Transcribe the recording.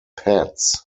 pads